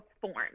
forms